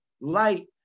light